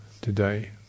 today